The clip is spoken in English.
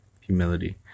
humility